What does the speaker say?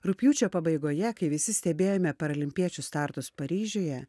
rugpjūčio pabaigoje kai visi stebėjome paralimpiečių startus paryžiuje